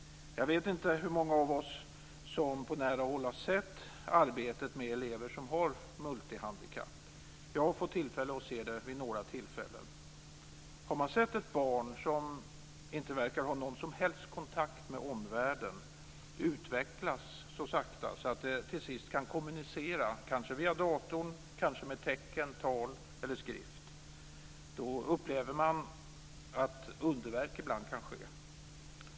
Jag vet inte hur många av oss som på nära håll har sett arbetet med elever som har multihandikapp. Jag har fått tillfälle att göra det vid några tillfällen. Har man sett ett barn som inte verkar ha någon som helst kontakt med omvärlden sakta utvecklas så att det till sist kan kommunicera kanske via datorn, tecken, tal eller skrift, upplever man att underverk ibland kan ske.